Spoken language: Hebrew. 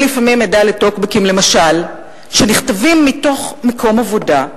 לפעמים אני עדה למשל לטוקבקים שנכתבים מתוך מקום עבודה,